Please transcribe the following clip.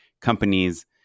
companies